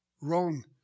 wrong